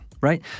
right